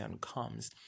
comes